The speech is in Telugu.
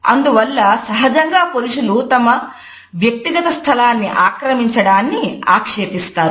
అందువల్ల సహజంగా పురుషులు తమ వ్యక్తిగత స్థలాన్ని ఆక్రమించడాన్ని ఆక్షేపిస్తారు